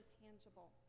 tangible